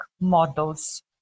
models